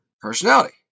personality